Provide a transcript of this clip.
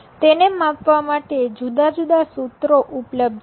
તેને માપવા માટે જુદા જુદા સુત્રો ઉપલબ્ધ છે